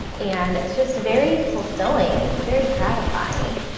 and it's just very fulfilling. it's very gratifying.